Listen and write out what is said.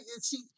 see